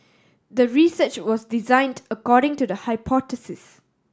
the research was designed according to the hypothesis